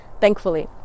thankfully